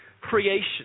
creation